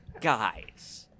Guys